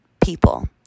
people